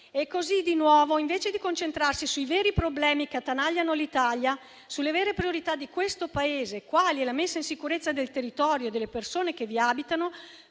e così di nuovo, invece di concentrarsi sui veri problemi che attanagliano l'Italia, sulle vere priorità di questo Paese, quali la messa in sicurezza del territorio e delle persone che vi abitano,